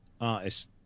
artists